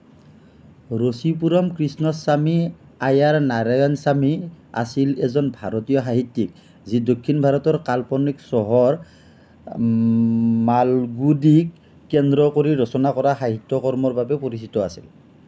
ৰচিপুৰম কৃষ্ণস্বামী আয়াৰ নাৰায়ণস্বামী আছিল এজন ভাৰতীয় সাহিত্যিক যি দক্ষিণ ভাৰতৰ কাল্পনিক চহৰ মালগুদীক কেন্দ্ৰ কৰি ৰচনা কৰা সাহিত্য কৰ্মৰ বাবে পৰিচিত আছিল